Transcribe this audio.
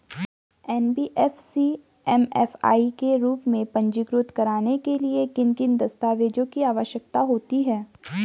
NBFC MFI के रूप में पंजीकृत कराने के लिए किन किन दस्तावेज़ों की आवश्यकता होती है?